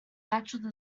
natural